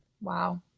Wow